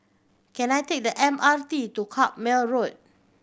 can I take the M R T to Carpmael Road